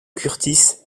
kurtis